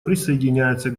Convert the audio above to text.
присоединяется